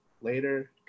later